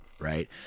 right